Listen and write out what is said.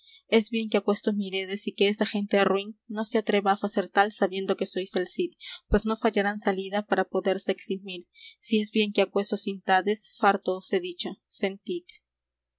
es bien que aquesto miredes y que esa gente ruín non se atreva á facer tal sabiendo que sois el cid pues no fallarán salida para poderse eximir si es bien que aqueso sintades farto os he dicho